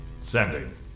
Sending